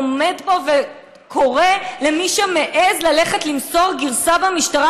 עומד פה וקורא למי שמעז ללכת למסור גרסה במשטרה,